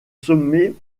sommet